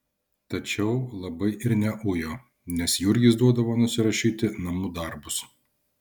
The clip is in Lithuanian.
tačiau labai ir neujo nes jurgis duodavo nusirašyti namų darbus